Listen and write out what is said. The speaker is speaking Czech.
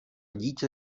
dítě